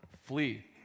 flee